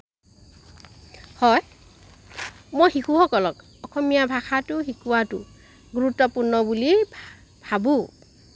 হয় মই শিশুসকলক অসমীয়া ভাষাটো শিকোৱাটো গুৰুত্বপূৰ্ণ বুলি ভাবোঁ